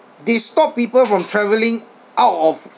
they stopped people from travelling out of